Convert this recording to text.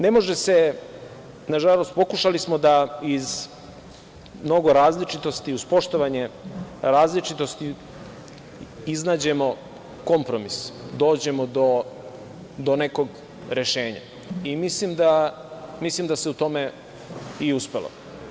Nažalost, pokušali smo da iz mnogo različitosti, uz poštovanje različitosti, iznađemo kompromis, dođemo do nekog rešenja i mislim da se u tome i uspelo.